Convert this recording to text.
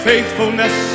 Faithfulness